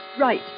Right